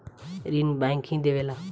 ऋण बैंक ही देवेला